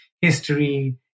history